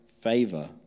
favor